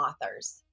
authors